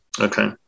Okay